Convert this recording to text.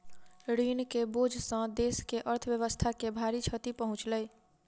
ऋण के बोझ सॅ देस के अर्थव्यवस्था के भारी क्षति पहुँचलै